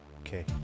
Okay